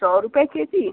सौ रुपये के जी